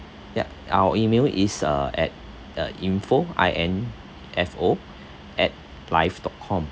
ya our email is uh at uh info I N F O at live dot com